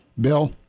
Bill